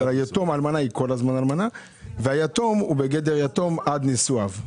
האלמנה היא כל הזמן אלמנה והיתום הוא בגדר יתום עד נישואיו.